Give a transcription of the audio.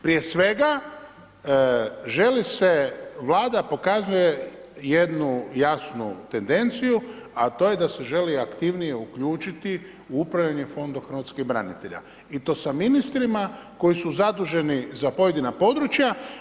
Prije svega želi se Vlada pokazuje jednu jasnu tendenciju, a to je da se želi aktivnije uključiti u upravljanje Fondom hrvatskih branitelja i to sa ministrima koji su zaduženi za pojedina područja.